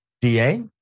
DA